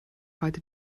heute